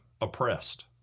oppressed